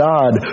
God